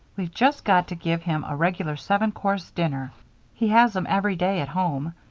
we've just got to give him a regular seven-course dinner he has em every day at home.